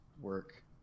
Work